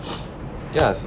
yes